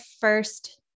first